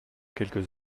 quelques